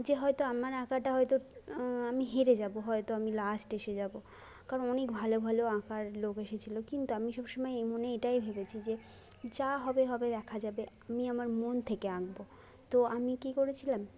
যে হয়তো আমার আঁকাটা হয়তো আমি হেরে যাবো হয়তো আমি লাস্ট এসে যাবো কারণ অনেক ভালো ভালো আঁকার লোক এসেছিলো কিন্তু আমি সবসময়ই মনে এটাই ভেবেছি যে যা হবে হবে দেখা যাবে আমি আমার মন থেকে আঁকবো তো আমি কি করেছিলাম